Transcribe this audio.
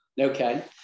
Okay